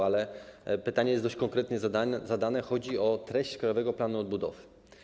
Ale pytanie jest dość konkretnie zadane, chodzi o treść Krajowego Planu Odbudowy.